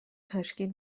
تشکیل